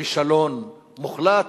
כישלון מוחלט.